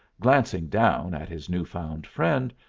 glancing down at his new-found friend,